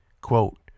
Quote